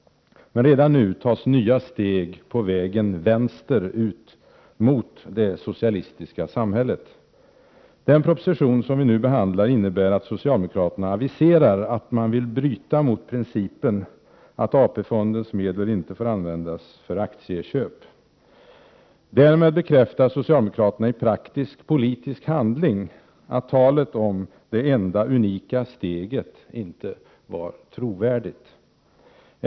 Men redan nu tas nya steg på vägen vänsterut — mot det socialistiska samhället. Den proposition som vi nu behandlar innebär att socialdemokraterna aviserar att man vill bryta mot principen att AP-fondens medel inte får användas för aktieköp. Därmed bekräftar socialdemokraterna i praktisk politisk handling att talet om det enda, unika ”steget” inte var trovärdigt.